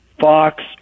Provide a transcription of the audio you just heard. Fox